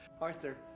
Arthur